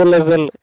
Level